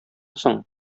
соң